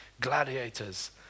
gladiators